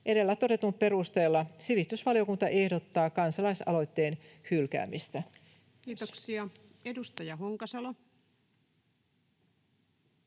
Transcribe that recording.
Edellä todetun perusteella sivistysvaliokunta ehdottaa kansalaisaloitteen hylkäämistä. [Speech 242] Speaker: